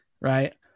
right